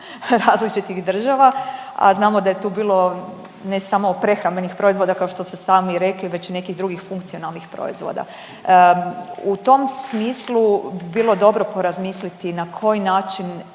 različitih država. A znamo da je tu bilo ne samo prehrambenih proizvoda kao što ste sami rekli, već i nekih drugih funkcionalnih proizvoda. U tom smislu bi bilo dobro porazmisliti na koji način